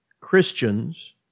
Christians